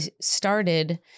started